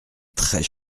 très